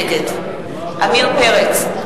נגד עמיר פרץ,